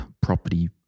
property